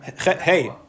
Hey